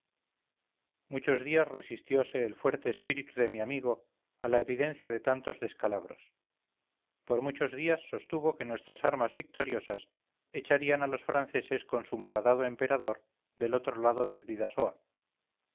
muchos días resistiose el fuerte espíritu de mi amigo a la evidencia de tantos descalabros por muchos días sostuvo que nuestras armas victoriosas echarían a los franceses con su malhadado emperador del otro lado del